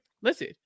listen